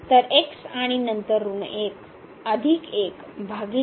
तर x आणि नंतर ऋण 1 अधिक 1 भागिले